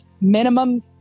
minimum